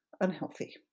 unhealthy